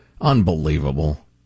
Unbelievable